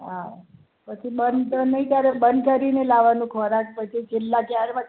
હા પછી બંધ તો નહીં કરે બંધ કરીને લાવવાનું ખોરાક પછી છેલ્લા ચાર વાગે